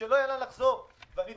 שלא יהיה לאן לחזור.